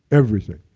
everything.